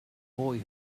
boy